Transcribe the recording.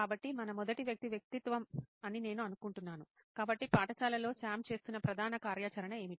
కాబట్టి మన మొదటి వ్యక్తి వ్యక్తిత్వం అని నేను అనుకుంటున్నాను కాబట్టి పాఠశాలలో సామ్ చేస్తున్న ప్రధాన కార్యాచరణ ఏమిటి